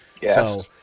yes